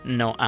no